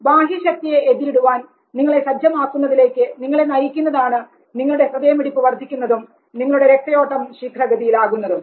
ബാഹ്യ ശക്തിയെ എതിരിടുവാൻ നിങ്ങളെ സജ്ജമാക്കുന്നതിലേക്ക് നിങ്ങളെ നയിക്കുന്നതാണ് നിങ്ങളുടെ ഹൃദയമിടിപ്പ് വർദ്ധിക്കുന്നതും നിങ്ങളുടെ രക്തയോട്ടം ശീഘ്ര ഗതിയിലാകുന്നതും